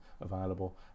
available